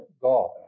God